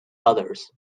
others